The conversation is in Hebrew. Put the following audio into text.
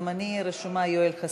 ההצעה להעביר את הנושא